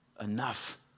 enough